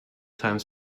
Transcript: time